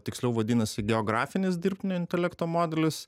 tiksliau vadinasi geografinis dirbtinio intelekto modelis